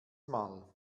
mal